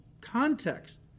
context